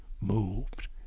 moved